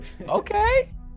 Okay